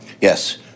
Yes